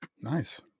Nice